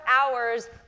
hours